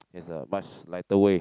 is a much lighter way